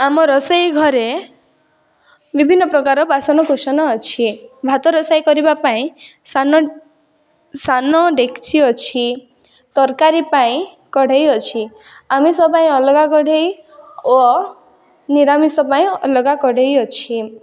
ଆମ ରୋଷେଇ ଘରେ ବିଭିନ୍ନ ପ୍ରକାର ର ବାସନ କୁସନ ଅଛି ଭାତ ରୋଷେଇ କରିବା ପାଇଁ ସାନ ସାନ ଡେକଚି ଅଛି ତରକାରୀ ପାଇଁ କଢ଼େଇ ଅଛି ଆମିଷ ପାଇଁ ଅଲଗା କଢ଼େଇ ଓ ନିରାମିଷ ପାଇଁ ଅଲଗା କଢ଼େଇ ଅଛି